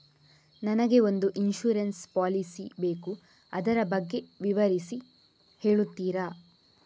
ನನಗೆ ಒಂದು insurance policy ಬೇಕು ಅದರ ಬಗ್ಗೆ ವಿವರಿಸಿ ಹೇಳುತ್ತೀರಾ?